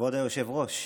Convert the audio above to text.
כבוד היושב-ראש,